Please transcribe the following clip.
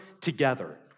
together